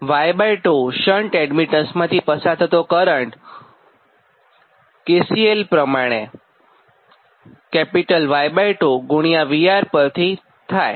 અને Y2 shunt એડમીટન્સમાંથી પસાર થતો કરંટ Y2 VR પરથી થાય